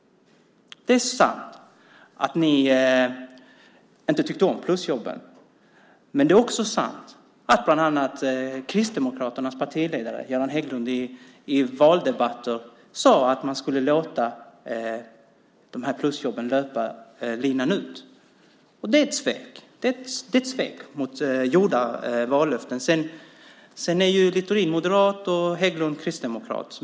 Det är sant att man inte tyckte om plusjobben. Men det är också sant att bland annat Kristdemokraternas partiledare Göran Hägglund i valdebatter sade att man skulle låta plusjobben löpa linan ut. Det är ett svek mot avgivna vallöften. Sedan är Littorin moderat och Hägglund kristdemokrat.